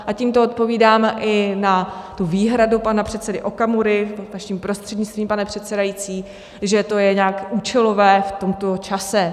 A tímto odpovídáme i na tu výhradu pana předsedy Okamury vaším prostřednictvím, pane předsedající, že to je nějak účelové v tomto čase.